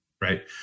right